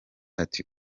ati